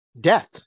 death